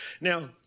Now